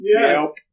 Yes